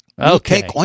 Okay